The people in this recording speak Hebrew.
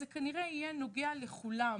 זה כנראה יהיה נוגע לכולם.